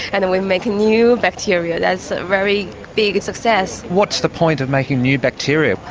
and then we make new bacteria. that's a very big success. what's the point of making new bacteria?